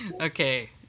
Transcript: okay